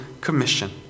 commission